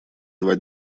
два